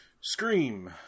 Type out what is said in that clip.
Scream